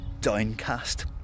downcast